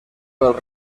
del